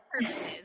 purposes